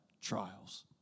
trials